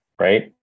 right